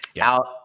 out